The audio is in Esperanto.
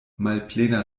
malplena